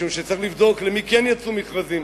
משום שצריך לבדוק למי כן יצאו מכרזים.